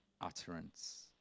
utterance